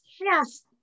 yes